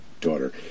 daughter